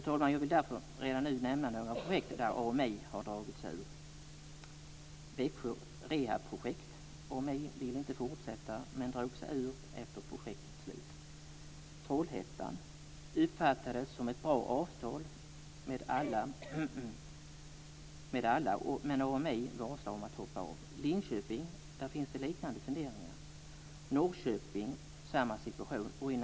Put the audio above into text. Fru talman! Därför vill jag redan nu nämna några projekt där AMI har dragit sig ur. AMI vill inte fortsätta med Växjö rehabprojekt. Man drog sig ur efter projektets slut. Projektet i Trollhättan uppfattades som ett bra avtal av alla, men AMI varslar om att hoppa av. I Linköping finns det liknande funderingar. Situationen är likadan i Norrköping.